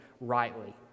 rightly